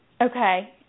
Okay